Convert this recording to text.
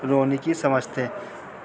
رونی کی سمجھتے